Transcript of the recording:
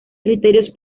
criterios